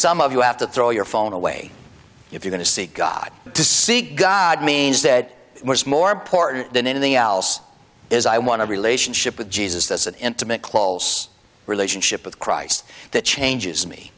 some of you have to throw your phone away if you're going to seek god to seek god means that much more important than anything else is i want to relationship with jesus that's an intimate close relationship with christ that changes me